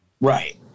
Right